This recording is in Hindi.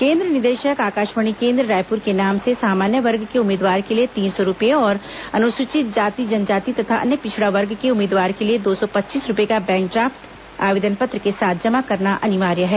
केन्द्र निदेशक आकाशवाणी केन्द्र रायपुर के नाम से सामान्य वर्ग के उम्मीदवार के लिए तीन सौ रूपए और अनुसूचित जाति जनजाति तथा अन्य पिछड़ा वर्ग के उम्मीदवार के लिए दो सौ पच्चीस रूपये का बैंक ड्राफ्ट आवेदन पत्र के साथ जमा करना अनिवार्य है